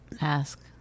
Ask